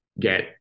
get